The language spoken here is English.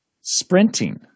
sprinting